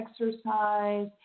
exercise